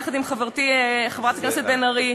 יחד עם חברתי חברת הכנסת בן ארי,